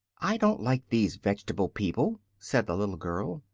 i don't like these veg'table people, said the little girl.